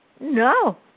No